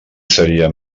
seria